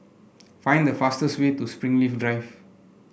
find the fastest way to Springleaf Drive